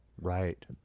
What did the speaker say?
Right